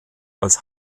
als